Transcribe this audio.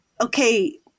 okay